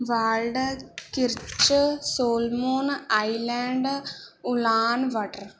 Waldkirch Solomon island Ulaanbaatar